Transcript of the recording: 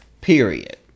period